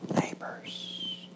neighbors